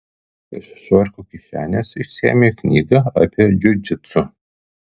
iš švarko kišenės išsiėmė knygą apie džiudžitsu